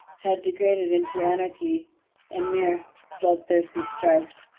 had degenerated into anarchy and mere bloodthirsty strife.